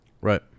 right